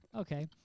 Okay